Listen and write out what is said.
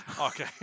okay